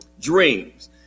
Dreams